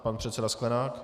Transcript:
Pan předseda Sklenák.